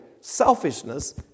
selfishness